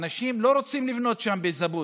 האנשים לא רוצים לבנות שם בזבוד,